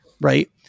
Right